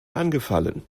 angefallen